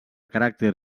caràcter